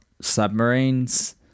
Submarines